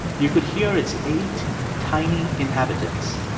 you could hear its eight tiny inhabitants.